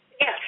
Yes